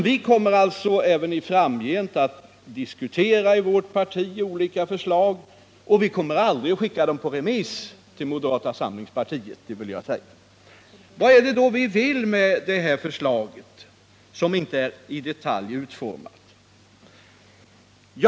Vi kommer därför i vårt parti även framgent att diskutera olika förslag, och vi kommer aldrig att skicka dem på remiss till moderata samlingspartiet. Vad är det då vi vill med detta förslag, som inte är i detalj utformat?